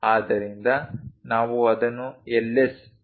ಆದ್ದರಿಂದ ನಾವು ಅದನ್ನು Ls ನಿಂದ ಪ್ರತಿನಿಧಿಸುತ್ತೇವೆ